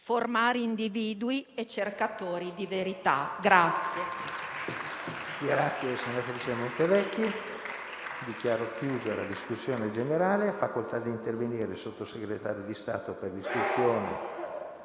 formare individui e cercatori di verità.